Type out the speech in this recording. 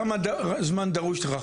לא, בסדר, אבל כמה זמן דרוש לך?